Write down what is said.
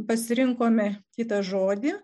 pasirinkome kitą žodį